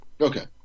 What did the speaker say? okay